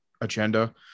agenda